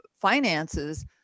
finances